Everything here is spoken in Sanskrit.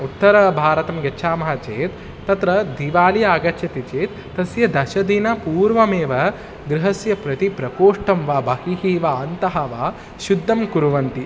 उत्तरभारतं गच्छामः चेत् तत्र दीवालिः आगच्छति चेत् तस्य दशदिन पूर्वमेव गृहस्य प्रति प्रकोष्ठं वा बहिः वा अन्तः वा शुद्धम् कुर्वन्ति